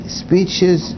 speeches